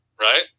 right